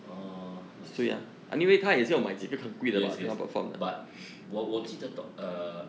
err 他买谁 yes yes but 我我记得 do~ err